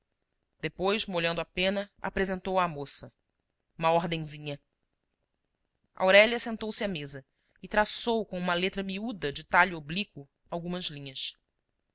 depois molhando a pena apresentou a à moça uma ordenzinha aurélia sentou-se à mesa e traçou com uma letra miúda de talhe oblíquo algumas linhas